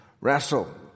wrestle